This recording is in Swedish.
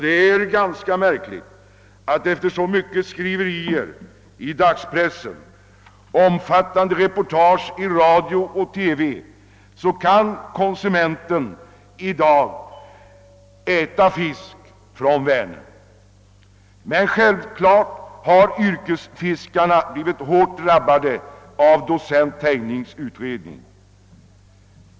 Det är ganska märkligt att konsumenten i dag efter så mycket skriverier i dagspressen och efter de omfattande reportagen i radio och TV trots allt fortfarande kan äta fisk från Vänern. Men självklart har ändå yrkesfiskarna blivit hårt drabbade av docent Tejnings utredning.